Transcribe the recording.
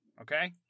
Okay